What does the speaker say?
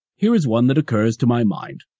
here is one that occurs to my mind.